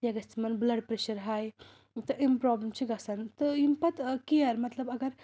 یا گژھِ تِمَن بٕلڈ پریشر ہاے تہٕ یِم پرابلم چھ گژھان تہٕ یِم پَتہٕ کیر مطلب اگر